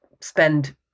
spend